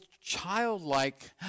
childlike